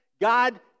God